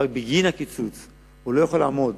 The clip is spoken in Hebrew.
אבל בגין הקיצוץ הוא לא יכול לעמוד